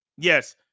Yes